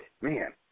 man